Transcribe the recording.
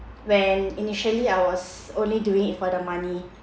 when initially I was only doing it for the money